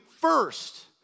first